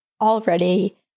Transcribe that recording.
already